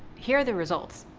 here are the results.